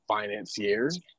financiers